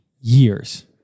years